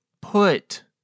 put